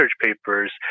papers